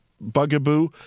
bugaboo